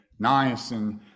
niacin